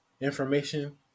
information